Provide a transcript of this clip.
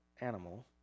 animal